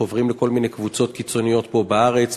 חוברים לכל מיני קבוצות קיצוניות פה בארץ,